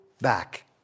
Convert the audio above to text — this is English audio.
back